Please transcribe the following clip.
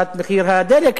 בהורדת מחיר הדלק,